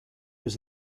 was